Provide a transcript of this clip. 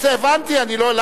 קראתי לחבר